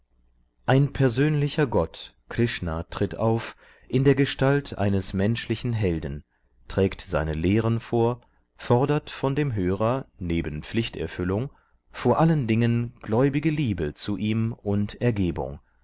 ein persönlicher gott krishna tritt auf in der gestalt eines menschlichen helden trägt seine lehren vor fordert von dem hörer neben pflichterfüllung vor allen dingen gläubige liebe zu ihm und ergebung